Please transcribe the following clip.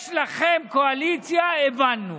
יש לכם קואליציה, הבנו.